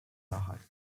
erhalten